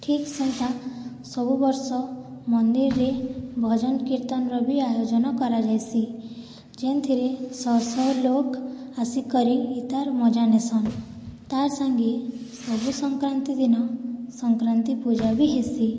ଠିକ୍ ସେନ୍ତା ସବୁ ବର୍ଷ ମନ୍ଦିର୍ରେ ଭଜନ୍ କୀର୍ତ୍ତନ୍ର ବି ଆୟୋଜନ କରାଯାଏସି ଯେନ୍ଥିରେ ଶହ ଶହ ଲୋକ୍ ଆସିକରି ଇତାର୍ ମଜା ନେସନ୍ ତାର୍ ସାଙ୍ଗେ ସବୁ ସଂକ୍ରାନ୍ତି ଦିନ ସଂକ୍ରାନ୍ତି ପୂଜା ବି ହେସି